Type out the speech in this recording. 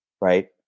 right